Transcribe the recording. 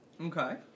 Okay